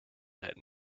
that